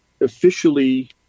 officially